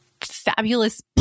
fabulous